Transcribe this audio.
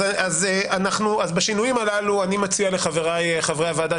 אז בשינויים הללו אני מציע לחבריי חברי הוועדה,